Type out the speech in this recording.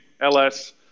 LS